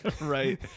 Right